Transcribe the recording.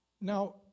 Now